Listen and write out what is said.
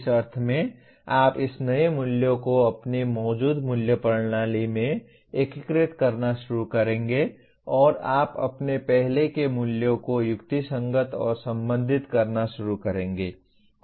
इस अर्थ में आप इस नए मूल्यों को अपने मौजूदा मूल्य प्रणाली में एकीकृत करना शुरू करेंगे और आप अपने पहले के मूल्यों को युक्तिसंगत और संबंधित करना शुरू करेंगे